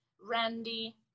randy